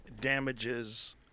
Damages